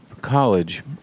college